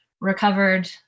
recovered